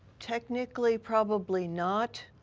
technically, probably not.